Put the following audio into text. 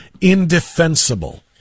Indefensible